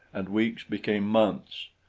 and weeks became months,